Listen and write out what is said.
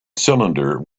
cylinder